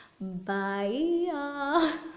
Bye